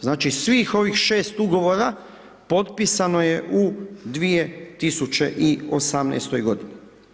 Znači svih ovih 6 ugovora potpisano je u 2018. godini.